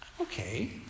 okay